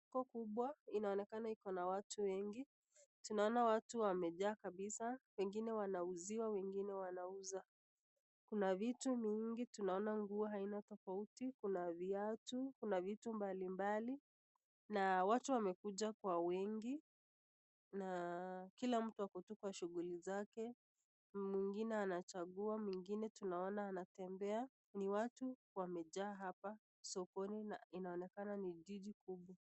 Huu kubwa inaonekana iko na watu wengi. Tunaona watu wengi wamejaa kabisa wengine wanauziwa wengine wanauza. Kuna vitu mingi tunaona nguo aina tofauti kuna viatu, kuna vitu mbalimbali na watu wamekuja kwa uwingi na kila mtu ako tu kwa shughuli zake, mwingine anachakua mwingine tunaona anatembea ni watu wamejaa hapa sokoni na inaonekana ni jiji kubwa.